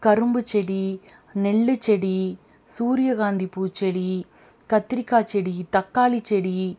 கரும்புச்செடி நெல்லுச்செடி சூரியகாந்தி பூச்செடி கத்திரிக்காய்ச்செடி தக்காளிச்செடி